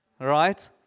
right